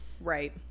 Right